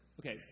Okay